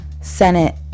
Senate